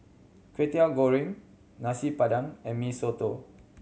Kwetiau Goreng Nasi Padang and Mee Soto